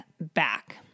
back